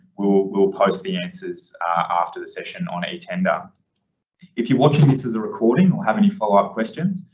we'll we'll post the answers after the session on etender. if you're watching this as a recording or have any follow up questions,